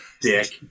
Dick